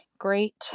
Great